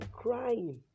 crying